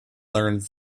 learned